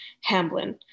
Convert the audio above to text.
Hamblin